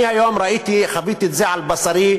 אני היום ראיתי, חוויתי את זה על בשרי,